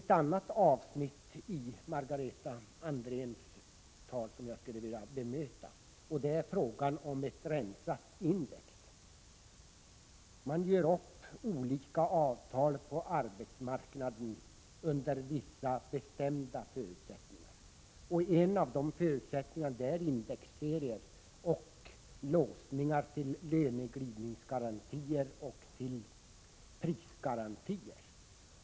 Ett annat avsnitt i Margareta Andréns anförande skulle jag vilja bemöta. Det gäller frågan om ett rensat index. Man gör upp olika avtal på arbetsmarknaden under vissa bestämda förutsättningar. En av de förutsättningarna är indexserier och låsningar till löneglidningsoch prisgarantier.